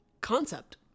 concept